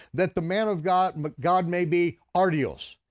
that the man of god and but god may be artios.